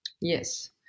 Yes